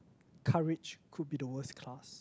courage could be the worst class